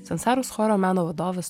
sansaros choro meno vadovas